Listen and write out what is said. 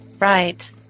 right